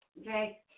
Okay